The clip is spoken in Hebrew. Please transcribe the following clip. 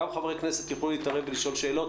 גם חברי הכנסת יוכלו להתערב ולשאול שאלות,